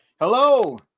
Hello